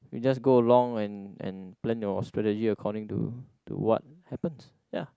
you just go along and and plan your strategy according to to what happens ya